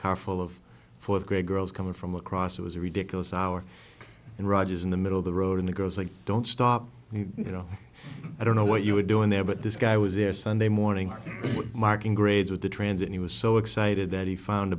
car full of fourth grade girls coming from across it was a ridiculous hour and rogers in the middle of the road in the girls like don't stop you know i don't know what you were doing there but this guy was there sunday morning are marking grades with the trans and he was so excited that he found